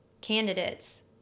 candidates